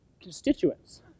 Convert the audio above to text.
constituents